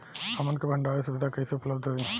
हमन के भंडारण सुविधा कइसे उपलब्ध होई?